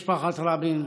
בני משפחת רבין,